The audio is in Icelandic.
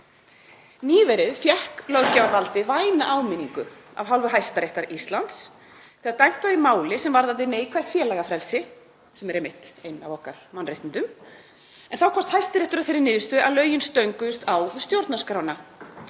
Nýverið fékk löggjafarvaldið væna áminningu af hálfu Hæstaréttar Íslands þegar dæmt var í máli sem varðaði neikvætt félagafrelsi, sem eru einmitt ein af okkar mannréttindum, en þá komst Hæstiréttur að þeirri niðurstöðu að lögin stönguðust á við stjórnarskrána.